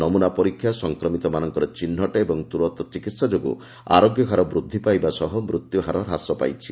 ନମୂନା ପରୀକ୍ଷା ସଂକ୍ରମିତ ମାନଙ୍କର ଚିହ୍ନଟ ଓ ତୁରନ୍ତ ଚିକିତ୍ସା ଯୋଗୁଁ ଆରୋଗ୍ୟହାର ବୃଦ୍ଧି ପାଇବା ସହ ମୃତ୍ୟୁହାର ହ୍ରାସ ପାଉଛି